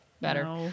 Better